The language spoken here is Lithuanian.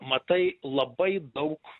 matai labai daug